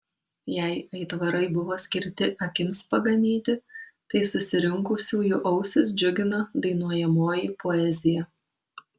jei aitvarai buvo skirti akims paganyti tai susirinkusiųjų ausis džiugina dainuojamoji poezija